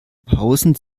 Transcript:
pausen